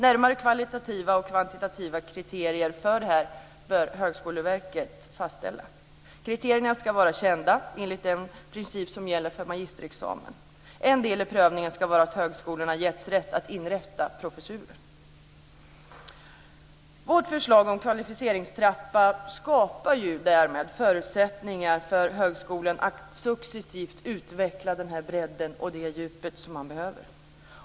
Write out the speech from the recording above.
Närmare kvalitativa och kvantitativa kriterier för detta bör Högskoleverket fastställa. Kriterierna ska vara kända enligt den princip som gäller för magisterexamen. En del i prövningen ska vara att högskolorna givits rätt att inrätta professurer. Vårt förslag om kvalificeringstrappa skapar därmed förutsättningar för högskolan att successivt utveckla den bredd och det djup man behöver.